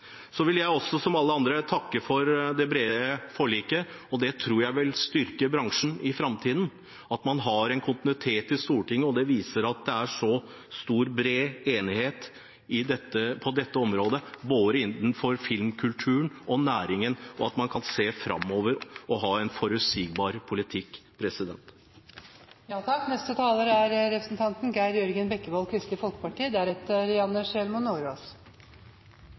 Så vil også jeg, som alle andre, takke for det brede forliket. Jeg tror det vil styrke bransjen i framtiden at man har en kontinuitet i Stortinget. Det viser at det er bred enighet på dette området, både innenfor filmkulturen og næringen, og at man kan se framover og ha en forutsigbar politikk.